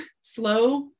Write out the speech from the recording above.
slow